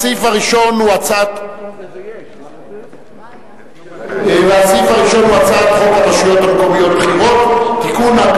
הסעיף הראשון הוא הצעת חוק הרשויות המקומיות (בחירות) (תיקון,